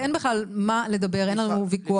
אין בכלל מה לדבר, אין לנו ויכוח.